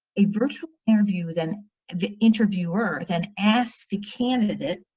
a virtual interview. then the interviewer then asks the candidate,